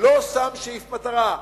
לא שם סעיף מטרה.